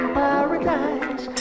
paradise